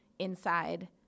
inside